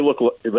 look